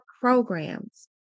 programs